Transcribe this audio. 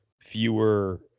fewer